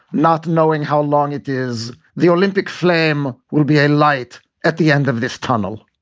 not knowing how long it is the olympic flame will be a light at the end of this tunnel.